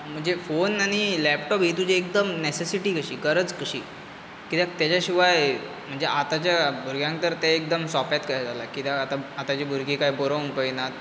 म्हणजे फोन आनी लॅपटॉप ही तुजी एकदम नॅसॅसिटी कशी गरज कशी कित्याक तेज्या शिवाय म्हणजे आतांच्या भुरग्यांक तर तें एकदम सोंपेंत कहें जालां कित्याक आत आतांचीं भुरगीं कांय बरोंक पयनात